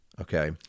Okay